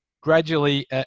gradually